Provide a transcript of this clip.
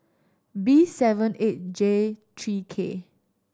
B seven eight J three K